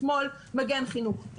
מגן חינוך.